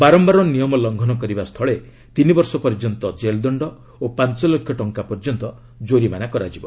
ବାରମ୍ଭାର ନିୟମ ଲଙ୍ଘନ କରିବା ସ୍ଥଳେ ତିନିବର୍ଷ ପର୍ଯ୍ୟନ୍ତ ଜେଲ୍ ଦଣ୍ଡ ଓ ପାଞ୍ଚ ଲକ୍ଷ ଟଙ୍କା ପର୍ଯ୍ୟନ୍ତ କୋରିମାନା କରାଯିବ